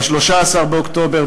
ב-11 באוקטובר,